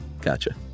Gotcha